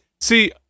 see